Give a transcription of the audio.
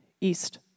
east